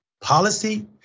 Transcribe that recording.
policy